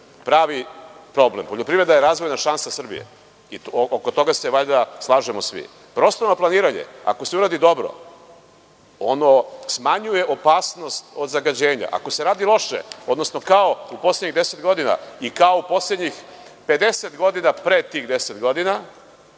pravi problem. Poljoprivreda je razvojna šansa Srbije i oko toga se valjda svi slažemo. Prostorno planiranje ako se dobro uradi ono smanjuje opasnost od zagađenja. Ako se radi loše, kao u poslednjih deset i kao u poslednjih pedeset godina pre tih deset godina,